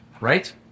right